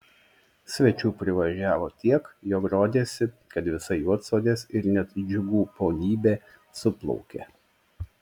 svečių privažiavo tiek jog rodėsi kad visa juodsodės ir net džiugų ponybė suplaukė